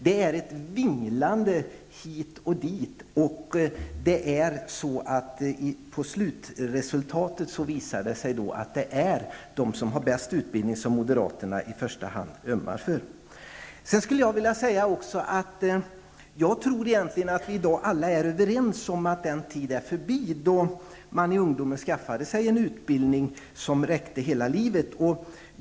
Det är ett vinglande hit och dit, och slutresultatet blir att det är de som har bäst utbildning som moderaterna i första hand ömmar för. Jag tror att vi alla egentligen är överens om att den tid är förbi då man i ungdomen skaffade sig en utbildning som räckte hela livet.